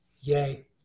Yay